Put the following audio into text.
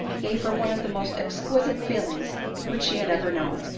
gave her one of the most exquisite feel ings which she had ever known.